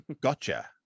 Gotcha